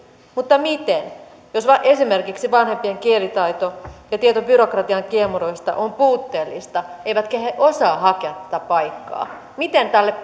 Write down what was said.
mutta miten jos esimerkiksi vanhempien kielitaito ja tieto byrokratian kiemuroista on puutteellista eivätkä he osaa hakea tätä paikkaa miten tälle